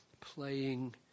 playing